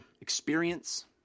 experience